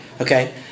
okay